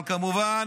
אבל כמובן